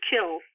kill